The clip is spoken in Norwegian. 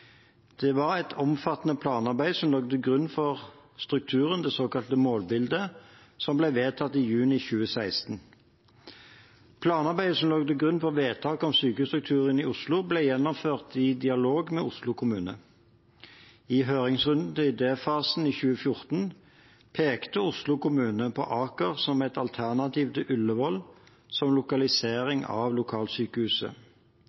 Det var et omfattende planarbeid som lå til grunn for strukturen – det såkalte målbildet – som ble vedtatt i juni 2016. Planarbeidet som lå til grunn for vedtaket om sykehusstrukturen i Oslo, ble gjennomført i dialog med Oslo kommune. I høringsrunden til idéfasen i 2014 pekte Oslo kommune på Aker som et alternativ til Ullevål som